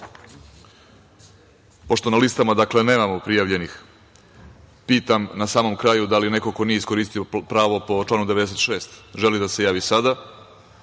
reč. Pošto na listama nemamo prijavljenih, pitam na samom kraju da li neko ko nije iskoristio pravo po članu 96. želi da se javi sada?